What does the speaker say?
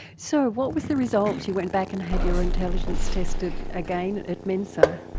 so what was the result? you went back and had your intelligence tested again at mensa,